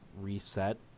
reset